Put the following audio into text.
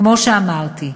כמו שאמרתי,